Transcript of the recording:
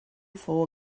fou